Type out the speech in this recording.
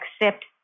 accept